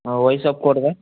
ও ওই সব করবে